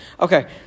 Okay